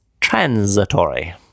transitory